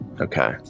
Okay